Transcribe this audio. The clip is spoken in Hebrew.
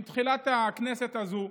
עם תחילת הכנסת הזאת,